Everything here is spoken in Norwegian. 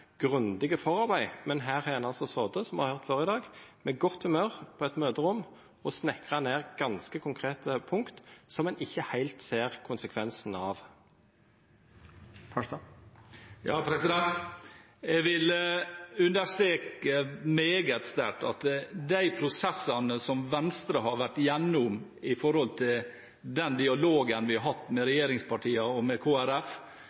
forarbeid? Her har en sittet, som vi har hørt før i dag, i godt humør på et møterom og snekret ned ganske konkrete punkter som en ikke helt ser konsekvensene av. Jeg vil understreke meget sterkt at de prosessene som Venstre har vært igjennom når det gjelder den dialogen vi har hatt med regjeringspartiene og med